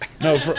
No